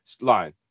line